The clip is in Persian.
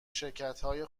شرکتهای